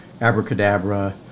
abracadabra